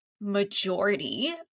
majority